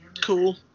Cool